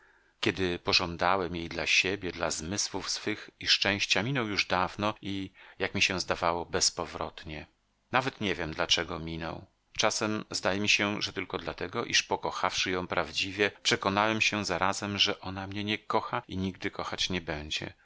kiedy pożądałem jej dla siebie dla zmysłów swych i szczęścia minął już dawno i jak mi się zdawało bezpowrotnie nawet nie wiem dlaczego minął czasem zdaje mi się że tylko dlatego iż pokochawszy ją prawdziwie przekonałem się zarazem że ona mnie nie kocha i nigdy kochać nie będzie